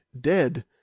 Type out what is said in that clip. dead